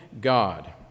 God